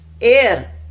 air